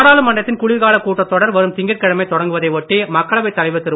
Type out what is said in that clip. நாடாளுமன்றத்தின் குளிர்கால கூட்டத் தொடர் வரும் திங்கட்கிழமை தொடங்குவதை ஒட்டி மக்களவைத் தலைவர் திரு